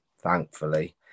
thankfully